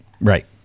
Right